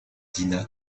dina